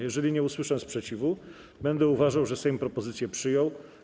Jeżeli nie usłyszę sprzeciwu, będę uważał, że Sejm propozycję przyjął.